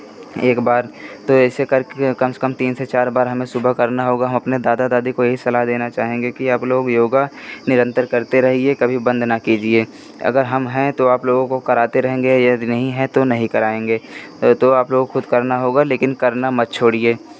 एक बार तो ऐसे करके कम से कम तीन से चार बार हमें सुबह करना होगा हम अपने दादा दादी को यही सलाह देना चाहेंगे कि आप लोग योगा निरंतर करते रहिए कभी बंद ना कीजिए अगर हम हैं तो आप लोगों को कराते रहेंगे यदि नहीं है तो नहीं कराएंगे तो आप लोगों को खुद करना होगा लेकिन करना मत छोड़िए